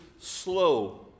slow